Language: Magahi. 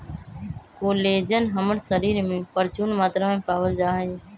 कोलेजन हमर शरीर में परचून मात्रा में पावल जा हई